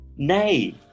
Nay